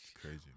Crazy